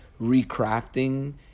recrafting